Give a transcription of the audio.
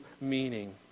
meaning